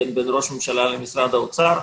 בין ראש ממשלה למשרד האוצר.